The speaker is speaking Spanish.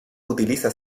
utiliza